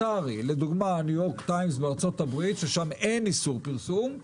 למשל הניו יורק טיימס בארצות הברית שם אין איסור פרסום,